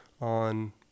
on